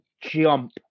jump